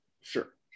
sure